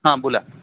हां बोला